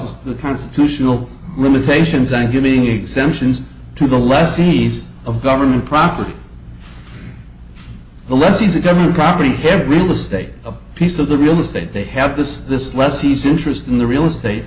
this the constitutional limitations on giving exemptions to the lessees of government property the lessees a government property had real estate a piece of the real estate they have this this lessees interest in the real estate